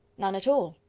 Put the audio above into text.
none at all.